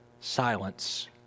silence